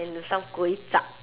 and with some kway chap